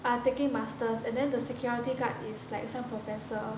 are taking masters and then the security guard is like some professor